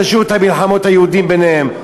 תשאירו את מלחמות היהודים ביניהם.